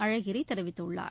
அழகிரி தெரிவித்துள்ளார்